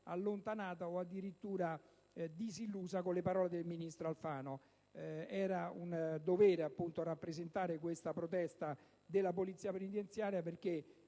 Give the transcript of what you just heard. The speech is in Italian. allontanato o addirittura disilluso con le parole del ministro Alfano. Era un dovere rappresentare questa protesta della Polizia penitenziaria, perché,